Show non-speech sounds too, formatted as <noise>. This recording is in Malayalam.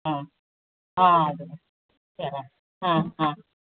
ആ ആ അത് <unintelligible> ആ ആ